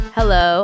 Hello